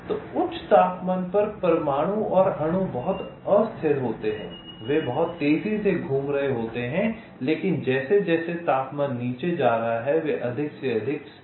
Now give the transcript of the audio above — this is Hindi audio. तो उच्च तापमान पर परमाणु और अणु बहुत अस्थिर होते हैं वे बहुत तेजी से घूम रहे हैं लेकिन जैसे जैसे तापमान नीचे जा रहा है वे अधिक से अधिक स्थिर हो रहे हैं